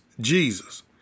Jesus